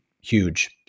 huge